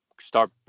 start